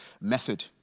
method